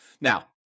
Now